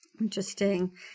Interesting